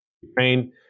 Ukraine